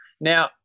Now